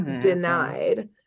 denied